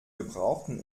gebrauchten